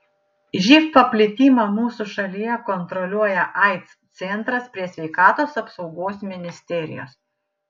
živ paplitimą mūsų šalyje kontroliuoja aids centras prie sveikatos apsaugos ministerijos